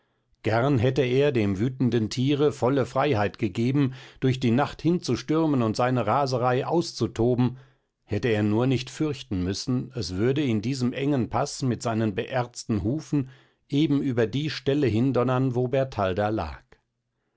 gern hätte er dem wütenden tiere volle freiheit gegeben durch die nacht hinzustürmen und seine raserei auszutoben hätte er nur nicht fürchten müssen es würde in diesem engen paß mit seinen beerzten hufen eben über die stelle hindonnern wo bertalda lag